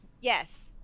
Yes